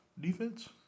Defense